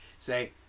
Say